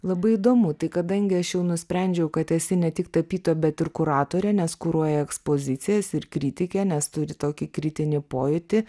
labai įdomu tai kadangi aš jau nusprendžiau kad esi ne tik tapytoja bet ir kuratorė nes kuruoji ekspozicijas ir kritikė nes turi tokį kritinį pojūtį